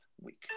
week